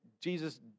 Jesus